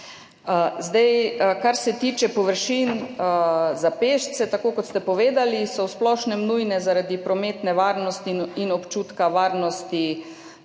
Kar se tiče površin za pešce – kot ste povedali, so v splošnem nujne zaradi prometne varnosti in občutka varnosti